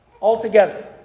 altogether